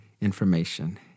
information